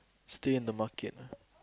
still in the market ah